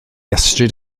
ystryd